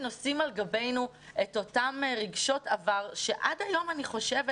נושאים על גבינו את אותם רגשות עבר שעד היום אני חושבת